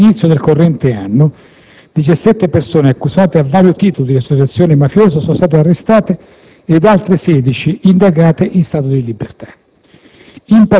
All'inizio del corrente anno 17 persone, accusate a vario titolo di associazione mafiosa, sono state arrestate ed altre 16 indagate in stato di libertà.